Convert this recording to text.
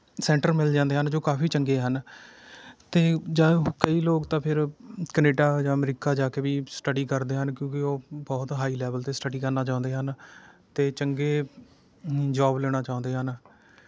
centre ਮਿਲ ਜਾਂਦੇ ਹਨ ਜੋ ਕਾਫ਼ੀ ਚੰਗੇ ਹਨ ਅਤੇ ਜਾਇਓ ਕਈ ਲੋਕ ਤਾਂ ਫਿਰ ਕੈਨੇਡਾ ਜਾਂ ਅਮਰੀਕਾ ਜਾ ਕੇ ਵੀ ਸਟੱਡੀ ਕਰਦੇ ਹਨ ਕਿਉਂਕਿ ਉਹ ਬਹੁਤ ਹਾਈ ਲੈਵਲ 'ਤੇ ਸਟੱਡੀ ਕਰਨਾ ਚਾਹੁੰਦੇ ਹਨ ਅਤੇ ਚੰਗੇ ਜੌਬ ਲੈਣਾ ਚਾਹੁੰਦੇ ਹਨ